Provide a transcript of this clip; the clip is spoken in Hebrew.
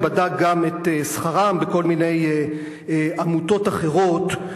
ובדק גם את שכרם בכל מיני עמותות אחרות.